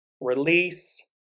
release